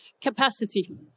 Capacity